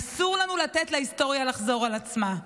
אסור לנו לתת להיסטוריה לחזור על עצמה.